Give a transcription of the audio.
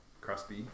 crusty